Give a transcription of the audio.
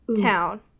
Town